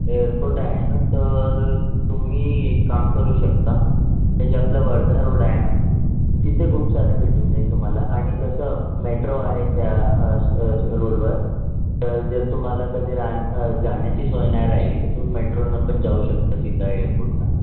airport आहे ना तर तुम्ही एक काम करू शकता हे जे आपलं वर्धा रोड आहे ना तिथे खूप सारे भेटून जाईल तुम्हाला आणि कसं मेट्रो आहे त्या स् स् रोडवर तर जर तुम्हाला कधी राह जाण्याची सोय नाही राहिली तर तुम्ही मेट्रोनं पण जाऊ शकता सिधा एअरपोर्टला